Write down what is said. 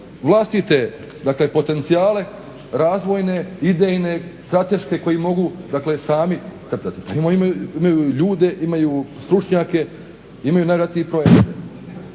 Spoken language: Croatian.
vlastite dakle potencijale razvojne, idejne, strateške koji mogu sami crtati. Imaju ljude, imaju stručnjake, imaju najvjerojatnije i projekte.